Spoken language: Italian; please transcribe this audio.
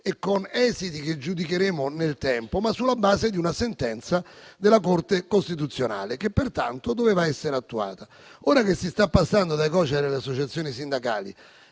e con esiti che giudicheremo nel tempo, ma sulla base di una sentenza della Corte costituzionale, che pertanto doveva essere attuata. Ora che si sta passando dai Cocer alle associazioni sindacali